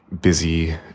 busy